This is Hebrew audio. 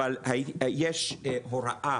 אבל יש הוראה